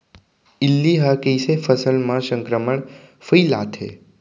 इल्ली ह कइसे फसल म संक्रमण फइलाथे?